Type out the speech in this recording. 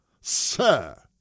Sir